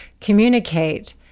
communicate